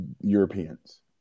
Europeans